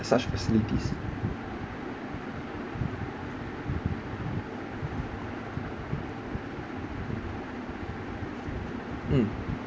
such facilities mm